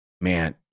Man